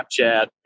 Snapchat